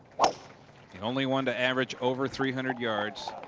the only one to average over three hundred yards